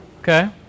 Okay